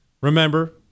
remember